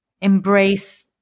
embrace